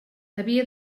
havia